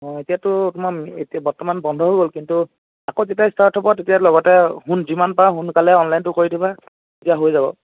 অঁ এতিয়াতো অকণমান এতিয়া বৰ্তমান বন্ধ হৈ গ'ল কিন্তু আকৌ যেতিয়া ষ্টাৰ্ট হ'ব তেতিয়া লগতে সোন যিমান পৰা সোনকালে অনলাইনটো কৰি দিবা তেতিয়া হৈ যাব